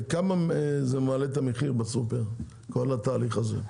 כמה זה מעלה את המחיר בסופר כל התהליך הזה?